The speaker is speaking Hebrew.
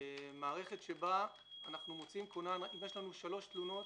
אם יש לנו שלוש תלונות